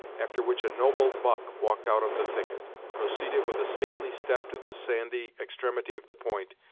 after which a noble buck walked out of the thicket, proceeded with a stately step to the sandy extremity of the point,